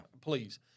please